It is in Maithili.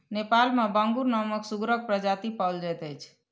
नेपाल मे बांगुर नामक सुगरक प्रजाति पाओल जाइत छै